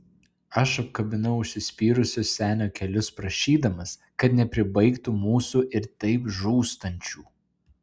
aš apkabinau užsispyrusio senio kelius prašydamas kad nepribaigtų mūsų ir taip žūstančių